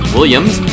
Williams